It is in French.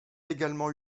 également